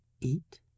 Eat